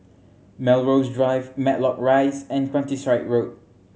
Melrose Drive Matlock Rise and Countryside Road